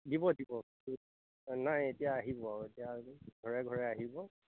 দিব দিব নাই এতিয়া আহিব আৰু এতিয়া ঘৰে ঘৰে আহিব